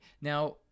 Now